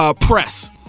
press